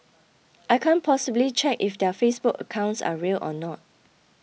I can't possibly check if their Facebook accounts are real or not